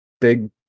big